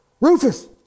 Rufus